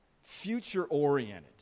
future-oriented